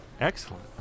Excellent